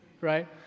right